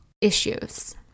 issues